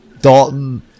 Dalton